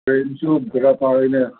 ꯒꯥꯔꯤꯁꯨ ꯕꯦꯔꯥ ꯀꯥꯔꯦꯅꯦ